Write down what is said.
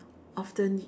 often